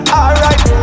alright